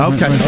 Okay